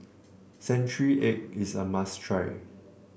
Century Egg is a must try